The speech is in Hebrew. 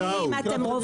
מה אתם וטרינרים?